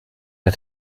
der